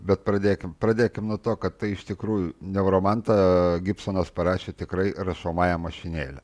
bet pradėkim pradėkim nuo to kad tai iš tikrųjų neuromantą gibsonas parašė tikrai rašomąja mašinėle